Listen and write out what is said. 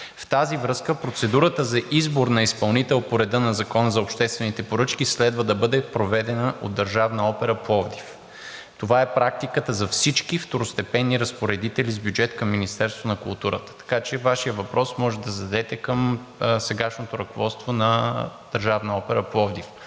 В тази връзка процедурата за избор на изпълнител по реда на Закона за обществените поръчки следва да бъде проведена от Държавна опера – Пловдив. Това е практиката за всички второстепенни разпоредители с бюджет към Министерството на културата. Така че Вашият въпрос може да зададете към сегашното ръководство на Държавна опера – Пловдив.